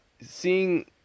seeing